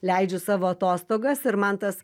leidžiu savo atostogas ir man tas